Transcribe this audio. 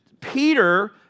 Peter